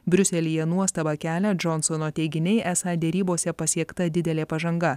briuselyje nuostabą kelia džonsono teiginiai esą derybose pasiekta didelė pažanga